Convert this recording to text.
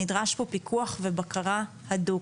נדרש פה פיקוח ובקרה אדוק.